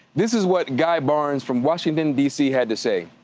this is what guy barnes from washington dc had to say.